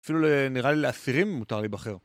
אפילו נראה לי לאסירים מותר להיבחר.